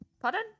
Pardon